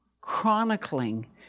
chronicling